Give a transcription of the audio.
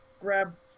grab